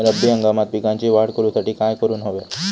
रब्बी हंगामात पिकांची वाढ करूसाठी काय करून हव्या?